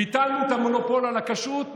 ביטלנו את המונופול על הכשרות,